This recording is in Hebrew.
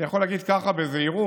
אני יכול להגיד ככה בזהירות